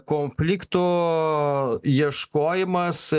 konfliktų ieškojimas